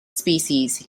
species